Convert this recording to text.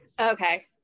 Okay